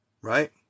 Right